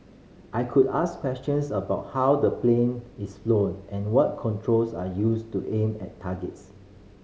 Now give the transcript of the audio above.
I could ask questions about how the plane is flown and what controls are used to aim at targets